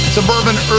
Suburban